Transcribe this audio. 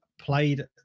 played